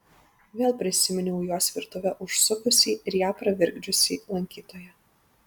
vėl prisiminiau į jos virtuvę užsukusį ir ją pravirkdžiusį lankytoją